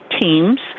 teams –